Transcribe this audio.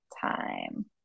time